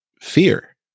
fear